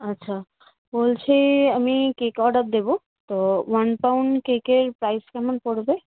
আচ্ছা বলছি আমি কেক অর্ডার দেবো তো ওয়ান পাউন্ড কেকের প্রাইস কেমন পড়বে